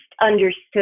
understood